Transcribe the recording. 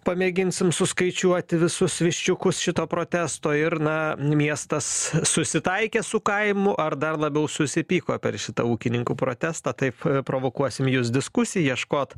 pamėginsim suskaičiuoti visus viščiukus šito protesto ir na miestas susitaikęs su kaimu ar dar labiau susipyko per šitą ūkininkų protestą taip provokuosim jus diskusijai ieškot